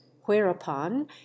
whereupon